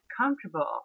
comfortable